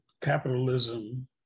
capitalism